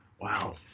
Wow